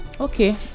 okay